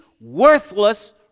worthless